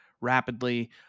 rapidly